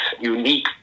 unique